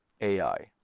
AI